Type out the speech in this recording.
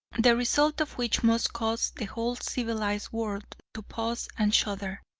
the result of which must cause the whole civilized world to pause and shudder.